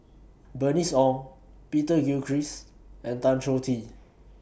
Bernice Ong Peter Gilchrist and Tan Choh Tee